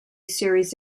series